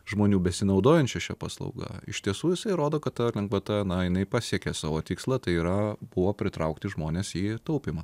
žmonių besinaudojančių šią paslaugą iš tiesų jisai rodo kad ta lengvata na jinai pasiekė savo tikslą tai yra buvo pritraukti žmones į taupymą